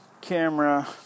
camera